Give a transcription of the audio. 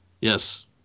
Yes